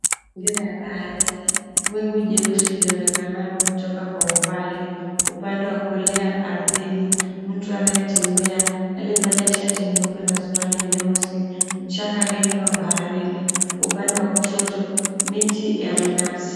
Mazingira ya baharini, wingu jeusi lionekanalo kutoka kwa umbali, upande wa kulia 𝑎𝑟𝑑ℎ𝑖𝑛𝑖, mtu anayetembea aliyevalia shati nyeupe na suruali nyeusi, mchanga laini wa baharini, upande wa kushoto miti ya mnazi.